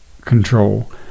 control